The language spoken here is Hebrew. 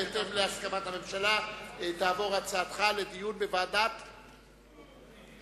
בהתאם להסכמת הממשלה תעבור הצעתך לדיון בוועדת הפנים.